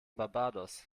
barbados